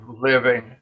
living